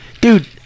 Dude